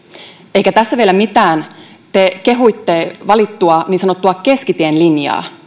eikä tässä vielä mitään te kehuitte valittua niin sanottua keskitien linjaa